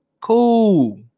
Cool